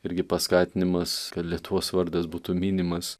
irgi paskatinimas kad lietuvos vardas būtų minimas